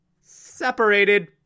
separated